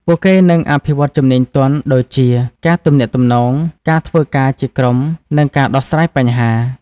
ពួកគេនឹងអភិវឌ្ឍជំនាញទន់ ដូចជា ការទំនាក់ទំនង ការធ្វើការជាក្រុម និងការដោះស្រាយបញ្ហា។